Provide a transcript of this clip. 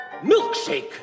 milkshake